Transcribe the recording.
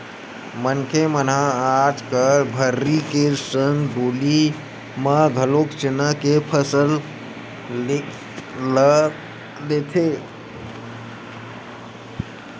मनखे मन ह आजकल भर्री के संग डोली म घलोक चना के फसल ल लेथे